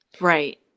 Right